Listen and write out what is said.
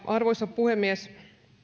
arvoisa puhemies